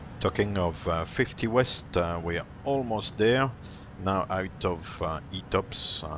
talking of fifty west we are almost there now out of etops